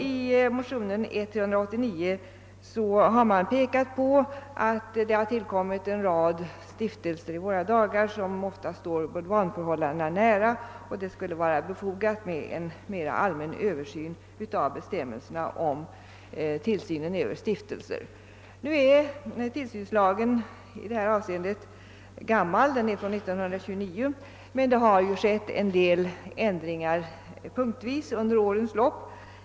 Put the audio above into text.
I motionen I: 389 har man pekat på att det under senare tid bildats en rad stiftelser, vilkas uppläggning kan komma ett bulvanförhållande nära, varför det skulle vara befogat med en mera allmän översyn av bestämmelserna om tillsynen av stiftelser. Den tillsynslag som gäller på detta område är gammal — den infördes 1929 — men det har punktvis under årens lopp gjorts en del ändringar i lagen.